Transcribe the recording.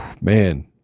man